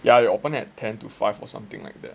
ya you open at ten to five or something like that